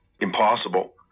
impossible